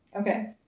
Okay